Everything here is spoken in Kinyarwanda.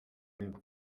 aribo